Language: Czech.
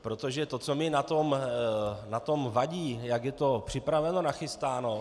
Protože to, co mi na tom vadí, jak je to připraveno, nachystáno.